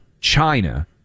China